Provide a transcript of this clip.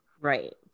Right